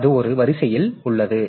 எனவே அது ஒரு வரிசையில் உள்ளது